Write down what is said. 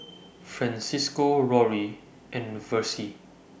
Francisco Rory and Versie